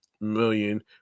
million